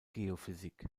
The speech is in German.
geophysik